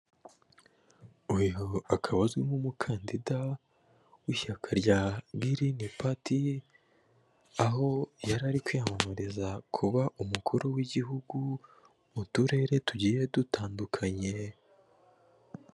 Uyu akaba azwi nk'umukandida w'ishyaka rya Green party, aho yari ari kwiyamamariza kuba umukuru w'Igihugu mu turere tugiye dutandukanye.